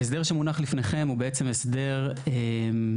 ההסדר שמונח לפניכם הוא בעצם הסדר חדשני,